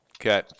Okay